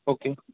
okay